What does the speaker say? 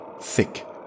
thick